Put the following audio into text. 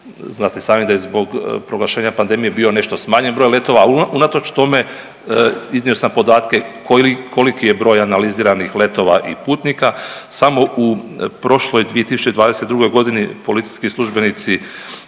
znate i sami da je zbog proglašenja pandemije bio nešto smanjen broj letova, ali unatoč tome iznio sam podatke koliki je broj analiziranih letova i putnika. Samo u prošloj 2022. godini policijski službenici